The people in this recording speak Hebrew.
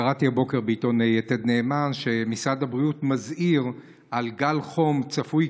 קראתי הבוקר בעיתון יתד נאמן שמשרד הבריאות מזהיר מפני גל חום צפוי,